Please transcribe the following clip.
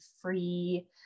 free